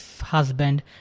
husband